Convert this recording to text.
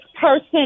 person